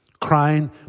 crying